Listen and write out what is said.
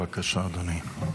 בבקשה, אדוני.